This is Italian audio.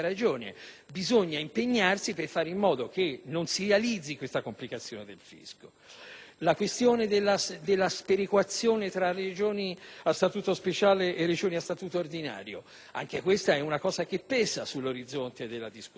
dovremo impegnarci per fare in modo che non si determini una complicazione del fisco. Vi è poi la questione della sperequazione tra Regioni a Statuto speciale e Regioni a Statuto ordinario: anche questo è un aspetto che pesa sull'orizzonte della discussione.